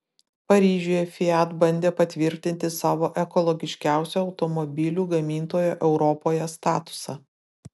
paryžiuje fiat bandė patvirtinti savo ekologiškiausio automobilių gamintojo europoje statusą